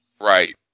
Right